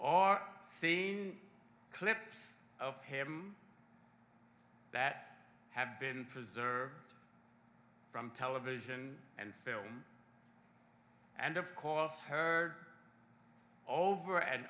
or seen clips of him that have been preserved from television and film and of course her over and